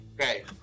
Okay